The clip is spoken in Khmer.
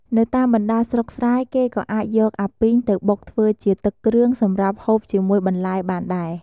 នៅតាមបណ្តាស្រុកស្រែ គេក៏អាចយកអាពីងទៅបុកធ្វើជាទឹកគ្រឿងសម្រាប់ហូបជាមួយបន្លែបានដែរ។